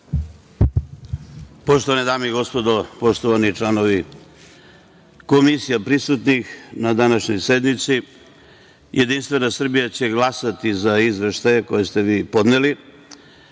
Poštovane dame i gospodo, poštovani članovi komisija prisutnih na današnjoj sednici, JS će glasati za izveštaje koje ste vi podneli,